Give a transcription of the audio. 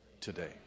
today